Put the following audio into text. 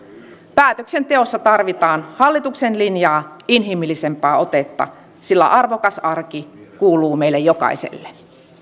päätöksenteossa tarvitaan hallituksen linjaa inhimillisempää otetta sillä arvokas arki kuuluu meille jokaiselle